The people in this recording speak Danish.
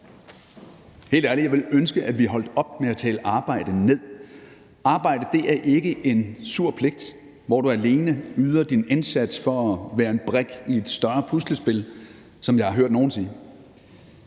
Helt ærligt: Jeg ville ønske, at vi holdt op med at tale arbejde ned. Arbejde er ikke en sur pligt, hvor du alene yder din indsats for at være en brik i et større puslespil, som jeg har hørt nogen sige.